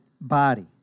body